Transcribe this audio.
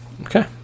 Okay